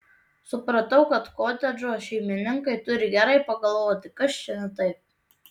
supratau kad kotedžo šeimininkai turi gerai pagalvoti kas čia ne taip